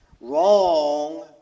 wrong